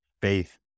faith